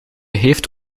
heeft